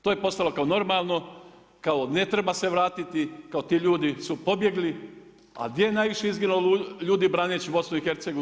To je postalo kao normalno, kao ne treba se vratiti, kao ti ljudi su pobjegli, a gdje je najviše izginulo ljudi braneći BiH?